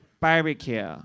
Barbecue